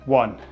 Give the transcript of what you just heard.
one